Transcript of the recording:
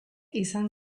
izan